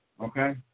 Okay